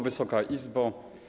Wysoka Izbo!